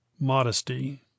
Modesty